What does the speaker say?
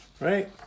Right